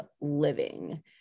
living